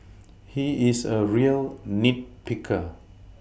he is a real nit picker